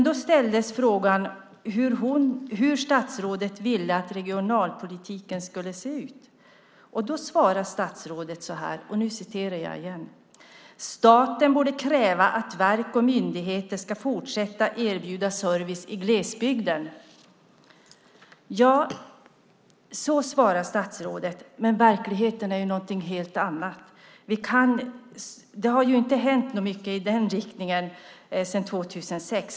Då ställdes frågan hur hon ville att regionalpolitiken skulle se ut. Då svarade statsrådet så här: Staten borde kräva att verk och myndigheter ska fortsätta att erbjuda service i glesbygden. Så svarade statsrådet. Men verkligheten är något helt annat. Det har inte hänt mycket i den riktningen sedan 2006.